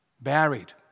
buried